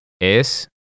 es